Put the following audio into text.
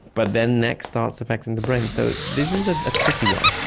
but then next starts affecting the brain. so this is a ah tricky one.